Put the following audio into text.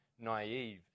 naive